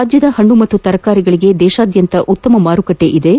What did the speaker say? ರಾಜ್ಯದ ಪಣ್ಣು ಮತ್ತು ತರಕಾರಿಗಳಿಗೆ ದೇಶಾದ್ಯಂತ ಉತ್ತಮ ಮಾರುಕಟ್ಟಿ ಇದ್ದು